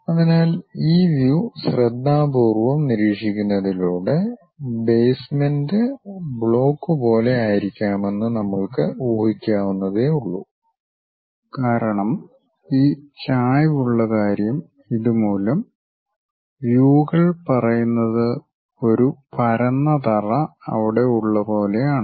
അതിനാൽ ഈ വ്യൂ ശ്രദ്ധാപൂർവ്വം നിരീക്ഷിക്കുന്നതിലൂടെ ബേസ്മെൻറ് ബ്ലോക്ക് പോലെ ആയിരിക്കാമെന്ന് നമ്മൾക്ക് ഊഹിക്കാവുന്നതേയുള്ളൂ കാരണം ഈ ചായ്വുള്ള കാര്യം ഇതുമൂലം വ്യൂകൾ പറയുന്നത് ഒരു പരന്ന തറ അവിടെ ഉള്ള പോലെ ആണ്